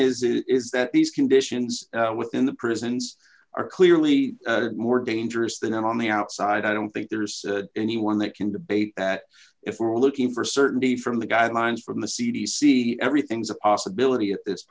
that these conditions within the prisons are clearly more dangerous than on the outside i don't think there's anyone that can debate that if we're looking for certainty from the guidelines from the c d c everything's a possibility at this